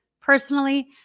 personally